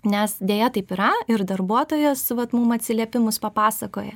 nes deja taip yra ir darbuotojos vat mum atsiliepimus papasakoja